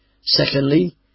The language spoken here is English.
Secondly